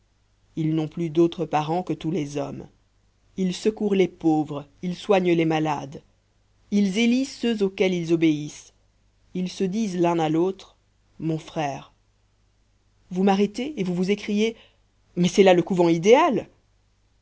ils n'ont plus d'autres parents que tous les hommes ils secourent les pauvres ils soignent les malades ils élisent ceux auxquels ils obéissent ils se disent l'un à l'autre mon frère vous m'arrêtez et vous vous écriez mais c'est là le couvent idéal